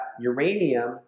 uranium